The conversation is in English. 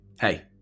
Hey